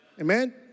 Amen